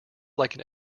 like